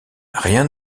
rien